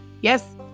Yes